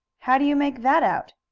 how do you make that out?